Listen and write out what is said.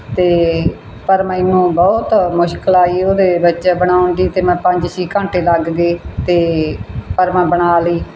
ਅਤੇ ਪਰ ਮੈਨੂੰ ਬਹੁਤ ਮੁਸ਼ਕਿਲ ਆਈ ਉਹਦੇ ਵਿੱਚ ਬਣਾਉਣ ਦੀ ਅਤੇ ਮੈਂ ਪੰਜ ਛੇ ਘੰਟੇ ਲੱਗ ਗਏ ਅਤੇ ਪਰ ਮੈਂ ਬਣਾ ਲਈ